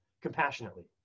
compassionately